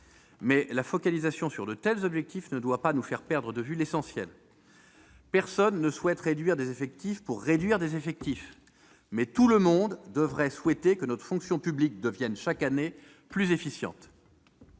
la focalisation sur de tels objectifs ne doit pas nous faire perdre de vue l'essentiel : personne ne désire réduire des effectifs pour réduire des effectifs, mais tout le monde devrait souhaiter que notre fonction publique devienne chaque année plus efficiente.